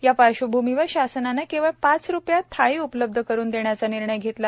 या पार्श्वभूमीवर शासनाने केवळ पाच रुपयात थाळी उपलब्ध करुन देण्याचा निर्णय घेतला